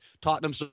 Tottenham